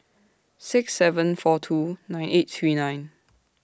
six seven four two nine eight three nine